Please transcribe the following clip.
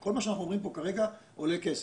כל מה שאנחנו אומרים פה כרגע עולה כסף,